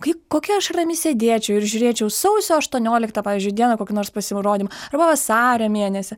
kaip kokia aš rami sėdėčiau ir žiūrėčiau sausio aštuonioliktą pavyzdžiui dieną kokį nors pasirodymą vasario mėnesį